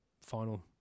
final